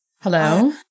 Hello